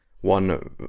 one